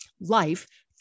life